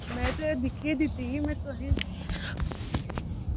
में ते दिक्खियै दित्तियां हियां तुसेंगी